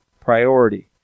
priority